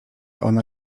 ona